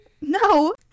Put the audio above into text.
no